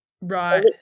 Right